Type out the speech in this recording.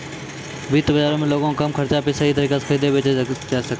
वित्त बजारो मे लोगें कम खर्चा पे सही तरिका से खरीदे बेचै सकै छै